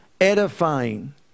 Edifying